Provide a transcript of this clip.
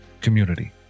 Community